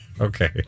Okay